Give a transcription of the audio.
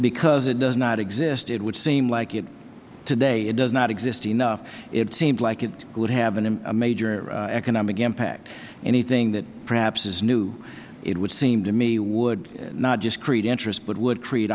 because it does not exist it would seem like today it does not exist enough it seems like it would have another major economic impact anything that perhaps is new it would seem to me would not just create interest but would creat